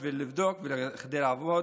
בשביל לבדוק ולעמוד